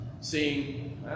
seeing